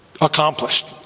accomplished